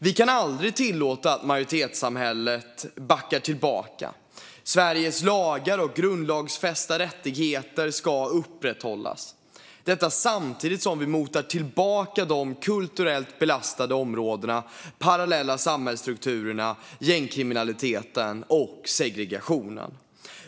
Vi kan aldrig tillåta att majoritetssamhället backar tillbaka. Sveriges lagar och grundlagsfästa rättigheter ska upprätthållas samtidigt som vi motar tillbaka de kulturellt belastade områdena, de parallella samhällsstrukturerna, gängkriminaliteten och segregationen.